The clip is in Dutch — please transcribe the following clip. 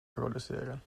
produceren